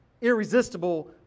irresistible